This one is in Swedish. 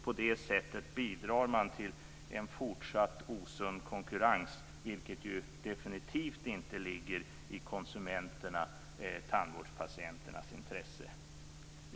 På det sättet bidrar man till en fortsatt osund konkurrens, vilket definitivt inte ligger i konsumenternas, tandvårdspatienternas, intresse.